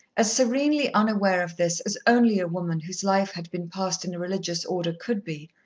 as serenely unaware of this as only a woman whose life had been passed in a religious order could be,